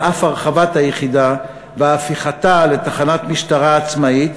על אף הרחבת היחידה והפיכתה לתחנת משטרה עצמאית,